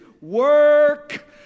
work